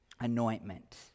anointment